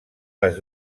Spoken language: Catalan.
les